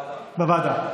לוועדה.